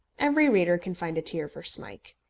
every reader can find a tear for smike.